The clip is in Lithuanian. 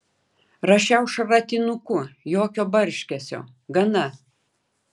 rašiau šratinuku jokio barškesio gana